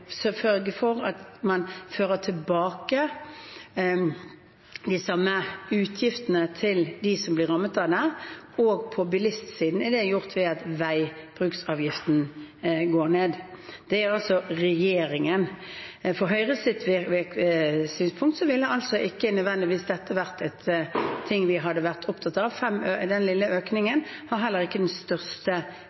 sørge for at man fører tilbake de samme utgiftene til dem som blir rammet av det, og på bilistsiden er det gjort ved at veibruksavgiften går ned. Det er altså regjeringen. Fra Høyres synspunkt ville ikke dette nødvendigvis vært en ting vi hadde vært opptatt av, og denne lille økningen har heller ikke den største